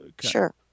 Sure